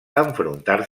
enfrontar